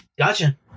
Gotcha